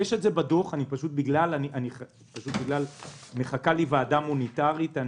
זה נמצא בדוח, אבל מחכה לי ועדה מוניטרית.